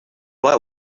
boy